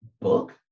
book